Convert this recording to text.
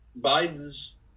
Biden's